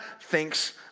thinks